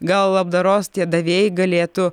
gal labdaros tie davėjai galėtų